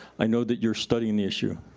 i know that you're studying the issue.